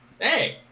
Hey